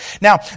Now